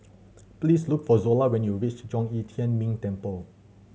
please look for Zola when you reach Zhong Yi Tian Ming Temple